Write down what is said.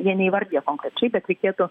jie neįvardyja konkrečiai bet reikėtų